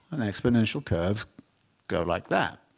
and exponential curves go like that.